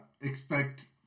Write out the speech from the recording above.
expect